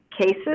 cases